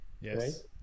yes